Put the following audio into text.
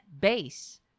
base